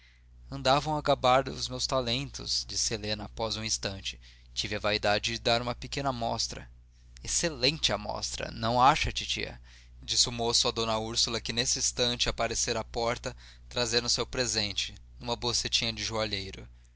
a gabar os meus talentos disse helena após um instante tive a vaidade de dar uma pequena amostra excelente amostra não acha titia disse o moço a d úrsula que nesse instante aparecera à porta trazendo o seu presente numa bocetinha de joalheiro